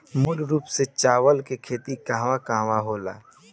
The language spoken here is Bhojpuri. मूल रूप से चावल के खेती कहवा कहा होला?